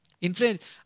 Influence